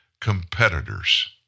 competitors